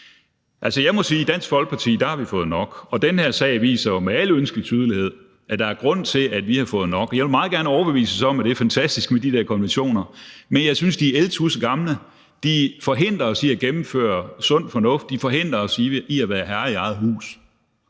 Jeg må sige, at vi i Dansk Folkeparti har fået nok, og den her sag viser jo med al ønskelig tydelighed, at der er grund til, at vi har fået nok. Jeg vil meget gerne overbevises om, at det er fantastisk med de der konventioner, men jeg synes, at de er tudsegamle. De forhindrer os i at gennemføre sund fornuft. De forhindrer os i at være herre i eget hus.